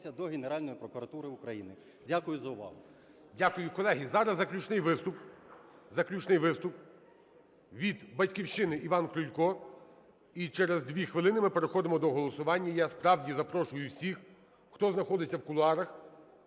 Дякую за увагу.